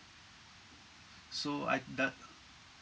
so I'd that